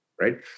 right